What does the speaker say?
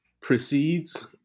precedes